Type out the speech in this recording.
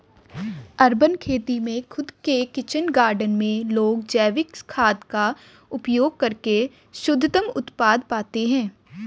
urban खेती में खुद के किचन गार्डन में लोग जैविक खाद का उपयोग करके शुद्धतम उत्पाद पाते हैं